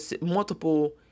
multiple